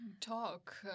Talk